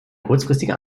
kurzfristige